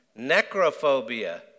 Necrophobia